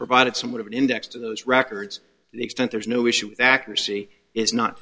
provided somewhat of an index to those records the extent there is no issue accuracy is not